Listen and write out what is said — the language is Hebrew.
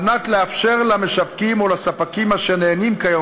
על מנת לאפשר למשווקים או לספקים אשר נהנים כיום